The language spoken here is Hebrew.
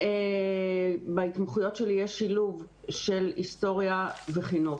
בהתמחויות שלי יש שילוב של היסטוריה וחינוך.